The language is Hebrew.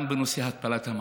גם בנושא התפלת המים.